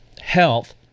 health